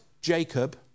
Jacob